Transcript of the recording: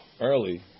early